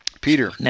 peter